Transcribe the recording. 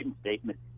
statement